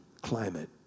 climate